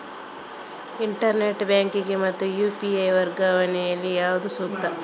Internet banking ಮತ್ತು UPI ವರ್ಗಾವಣೆ ಯಲ್ಲಿ ಯಾವುದು ಸೂಕ್ತ?